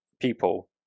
people